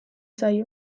zaio